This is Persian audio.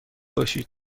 باشید